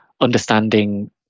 understanding